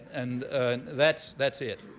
and that's that's it.